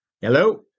Hello